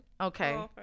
Okay